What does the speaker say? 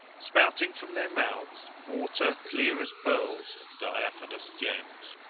spouting from their mouths water clear as pearls and diaphanous gems.